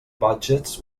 budgets